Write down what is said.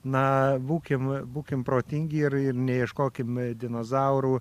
na būkim būkim protingi ir ir neieškokim dinozaurų